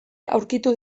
aurkitu